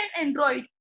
Android